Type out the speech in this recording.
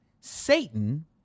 Satan